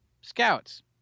scouts